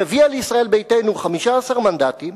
שהביאה לישראל ביתנו 15 מנדטים,